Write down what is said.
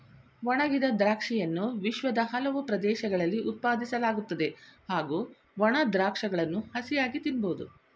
ಒಣಗಿಸಿದ ದ್ರಾಕ್ಷಿಯನ್ನು ವಿಶ್ವದ ಹಲವು ಪ್ರದೇಶಗಳಲ್ಲಿ ಉತ್ಪಾದಿಸಲಾಗುತ್ತದೆ ಹಾಗೂ ಒಣ ದ್ರಾಕ್ಷಗಳನ್ನು ಹಸಿಯಾಗಿ ತಿನ್ಬೋದು